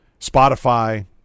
Spotify